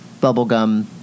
bubblegum